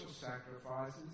sacrifices